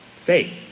faith